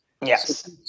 Yes